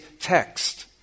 text